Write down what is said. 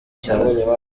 cyane